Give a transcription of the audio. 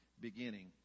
beginning